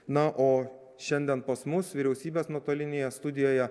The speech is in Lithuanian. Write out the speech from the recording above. na o šiandien pas mus vyriausybės nuotolinėje studijoje